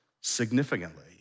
significantly